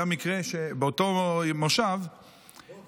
היה מקרה שבאותו מושב אחד